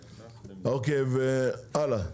טוב הלאה.